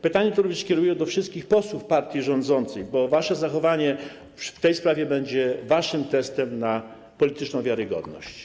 Pytanie to kieruję również do wszystkich posłów partii rządzącej, bo wasze zachowanie w tej sprawie będzie waszym testem na polityczną wiarygodność.